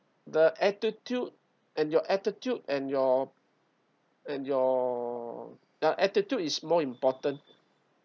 the attitude and your attitude and your and your attitude is more important